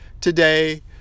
today